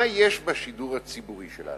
מה יש בשידור הציבורי שלנו?